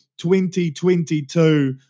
2022